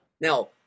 Now